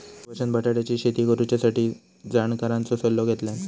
सुभाषान बटाट्याची शेती करुच्यासाठी जाणकारांचो सल्लो घेतल्यान